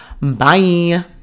Bye